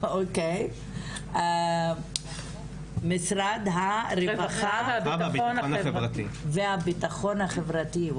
--- משרד הרווחה והביטחון החברתי.